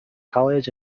college